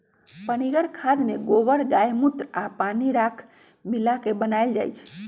पनीगर खाद में गोबर गायमुत्र आ पानी राख मिला क बनाएल जाइ छइ